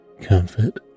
comfort